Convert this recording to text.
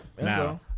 Now